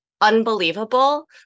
unbelievable